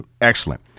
excellent